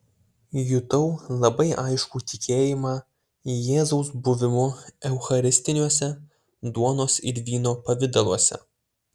jutau labai aiškų tikėjimą jėzaus buvimu eucharistiniuose duonos ir vyno pavidaluose